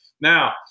now